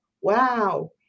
wow